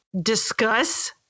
discuss